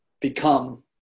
become